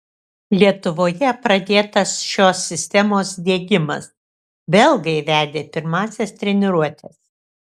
lietuvoje pradėtas šios sistemos diegimas belgai vedė pirmąsias treniruotes